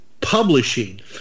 Publishing